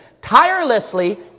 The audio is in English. tirelessly